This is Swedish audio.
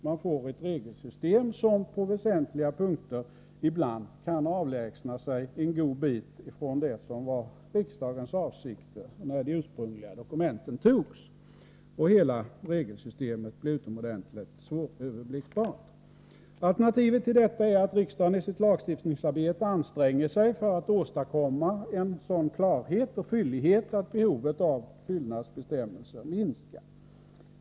Man får ett regelsystem som på väsentliga punkter ibland kan avlägsna sig en god bit ifrån det som var riksdagens avsikter med de ursprungliga dokumenten. Hela regelsystemet blir utomordentligt svåröverblickbart. Alternativet till detta är att riksdagen i sitt lagstiftningsarbete anstränger sig att åstadkomma en sådan klarhet och fyllighet att behovet av fyllnadsbestämmelser minskar.